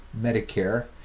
Medicare